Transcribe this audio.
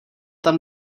tam